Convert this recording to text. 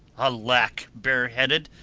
alack, bareheaded!